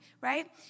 right